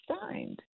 signed